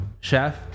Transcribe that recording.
Chef